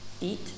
eat